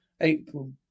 April